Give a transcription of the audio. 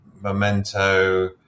Memento